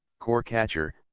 core catcher,